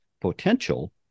potential